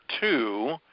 two